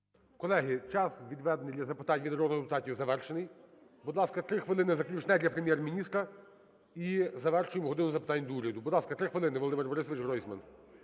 Колеги, час, відведений для запитань від народних депутатів, завершений. Будь ласка, 3 хвилини – заключне для Прем'єр-міністра і завершуємо "годину запитань до Уряду". Будь ласка, 3 хвилини, Володимир Борисович Гройсман.